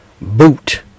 boot